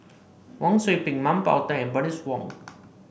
Wang Sui Pick Mah Bow Tan and Bernice Wong